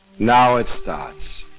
now it starts,